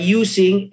using